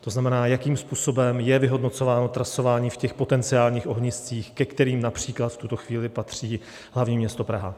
To znamená, jakým způsobem je vyhodnocováno trasování v potenciálních ohniscích, ke kterým například v tuto chvíli patří hlavní město Praha.